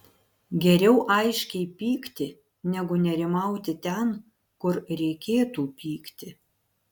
geriau aiškiai pykti negu nerimauti ten kur reikėtų pykti